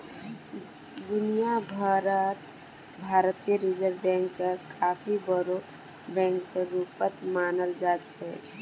दुनिया भर त भारतीय रिजर्ब बैंकक काफी बोरो बैकेर रूपत मानाल जा छेक